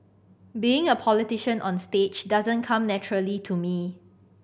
being a politician onstage doesn't come naturally to me